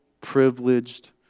privileged